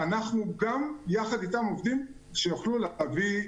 אנחנו עובדים יחד איתן כך שהן יוכלו להביא גיוסים.